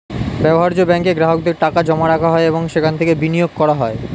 ব্যবহার্য ব্যাঙ্কে গ্রাহকদের টাকা জমা রাখা হয় এবং সেখান থেকে বিনিয়োগ করা হয়